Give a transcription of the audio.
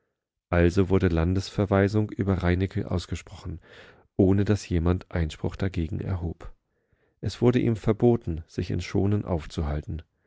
würden undniemehrihrenfußdorthinsetzendurften alsowurdelandesverweisung über reineke ausgesprochen ohne daß jemand einspruch dagegen erhob es wurde ihm verboten sich in schonen aufzuhalten